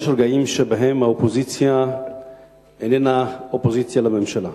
יש רגעים שבהם האופוזיציה איננה אופוזיציה לממשלה,